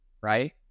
right